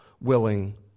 willing